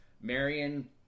Marion